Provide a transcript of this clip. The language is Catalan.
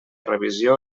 revisió